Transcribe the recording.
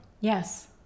Yes